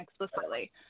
explicitly